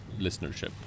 listenership